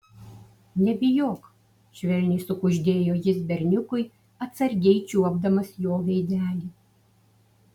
nebijok švelniai sukuždėjo jis berniukui atsargiai čiuopdamas jo veidelį